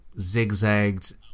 zigzagged